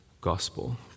gospel